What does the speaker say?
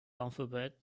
alphabet